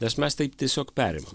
nes mes taip tiesiog perimam